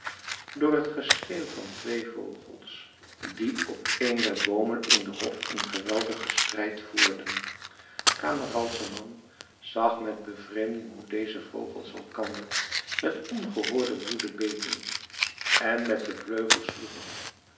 door het geschreeuw van twee vogels die op een der boomen in den hof een geweldigen strijd voerden camaralzaman zag met bevreemding hoe deze vogels elkander met ongehoorde woede beten en met de vleugels sloegen